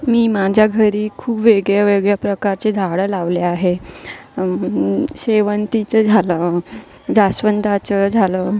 मी मांझ्या घरी खूप वेगळवेगळ्या प्रकारचे झाडं लावले आहे शेवंतीचं झालं जास्वंंदाचं झालं